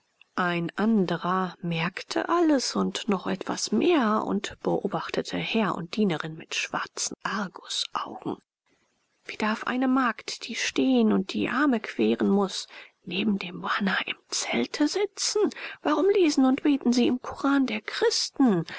ein anderer merkte alles und noch etwas mehr und beobachtete herr und dienerin mit schwarzen argusaugen wie darf eine magd die stehen und die arme queren muß neben dem bana im zelte sitzen warum lesen und beten sie im koran der christen